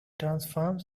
transforms